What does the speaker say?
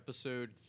episode